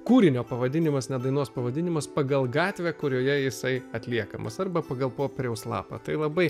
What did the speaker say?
kūrinio pavadinimas ne dainos pavadinimas pagal gatvę kurioje jisai atliekamas arba pagal popieriaus lapą tai labai